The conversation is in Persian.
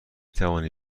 توانی